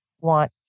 want